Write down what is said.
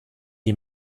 die